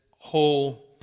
whole